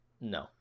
No